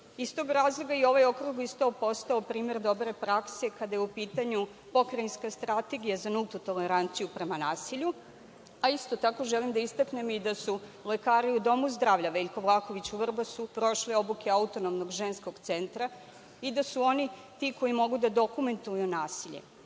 tog razloga i ovaj okrugli sto postao je primer dobre prakse kada je u pitanju pokrajinska Strategija za nultu toleranciju prema nasilju, a isto tako želim da istaknem i da su lekari u domu zdravlja „Veljko Vlahović“ u Vrbasu prošli obuke Autonomnog ženskog centra i da su oni ti koji mogu da dokumentuju nasilje.